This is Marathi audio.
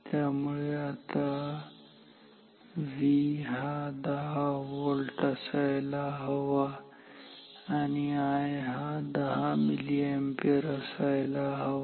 त्यामुळे आता V हा 10 व्होल्ट असायला हवा आणि I हा 10 मिलीअॅम्पियर असायला हवा